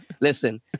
listen